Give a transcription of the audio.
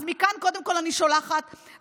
אז מכאן, קודם כול, אני שולחת למשפחות,